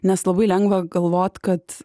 nes labai lengva galvot kad